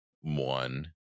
one